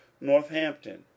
Northampton